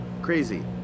Crazy